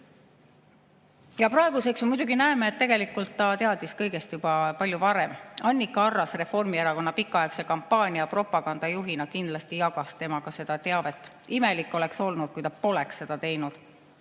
Praeguseks me muidugi näeme, et tegelikult ta teadis kõigest juba palju varem. Annika Arras Reformierakonna kampaania pikaaegse propagandajuhina kindlasti jagas temaga seda teavet. Imelik oleks olnud, kui ta poleks seda teinud.